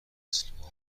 نسلها